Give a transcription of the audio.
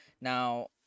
now